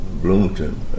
Bloomington